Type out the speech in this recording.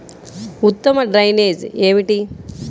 ఉత్తమ డ్రైనేజ్ ఏమిటి?